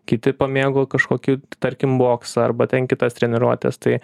kiti pamėgo kažkokių tarkim boksą arba ten kitas treniruotes tai